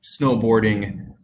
snowboarding